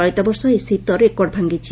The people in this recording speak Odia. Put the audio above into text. ଚଳିତ ବର୍ଷ ଏହି ଶୀତ ରେକର୍ଡ଼ ଭାଙ୍ଗିଛି